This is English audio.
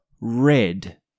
red